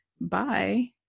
Bye